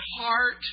heart